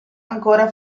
ancora